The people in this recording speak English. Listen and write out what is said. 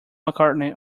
mccartney